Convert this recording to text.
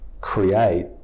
create